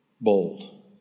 bold